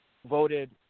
Voted